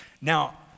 now